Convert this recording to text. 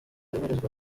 ibarizwa